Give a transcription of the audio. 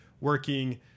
working